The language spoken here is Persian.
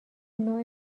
نوع